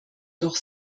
doch